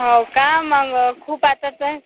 हो का मग खूप आता तर